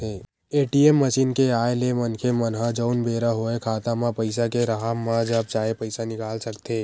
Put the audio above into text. ATM machine के आय ले मनखे मन ह जउन बेरा होय खाता म पइसा के राहब म जब चाहे पइसा निकाल सकथे